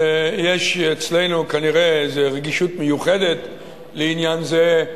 יש אצלנו כנראה איזה רגישות מיוחדת לעניין זה,